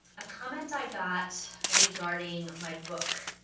a comment i got regarding my book.